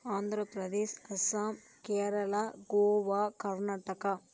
Andhra Pradesh Assam Kerala Goa Karnataka